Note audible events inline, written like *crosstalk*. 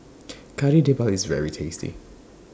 *noise* Kari Debal IS very tasty